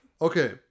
okay